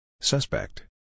Suspect